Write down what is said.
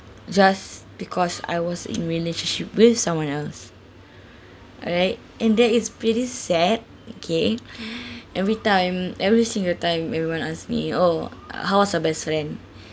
just because I was in relationship with someone else alright and that is pretty sad okay every time every single time everyone ask me oh uh how was your best friend